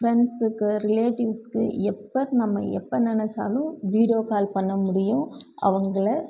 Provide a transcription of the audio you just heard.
ஃபிரண்ட்ஸுக்கு ரிலேட்டிவ்ஸுக்கு எப்போ நம்ம எப்போ நினச்சாலும் வீடியோ கால் பண்ண முடியும் அவங்கள